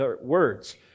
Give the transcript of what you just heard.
words